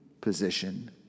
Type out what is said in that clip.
position